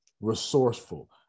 resourceful